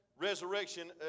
resurrection